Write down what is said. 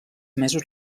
mesos